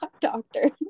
doctors